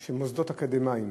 של מוסדות אקדמיים